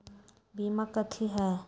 बीमा कथी है?